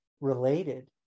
related